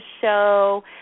show